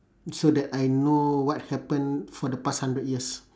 so that I know what happen for the past hundred years